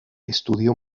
estudió